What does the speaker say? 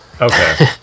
okay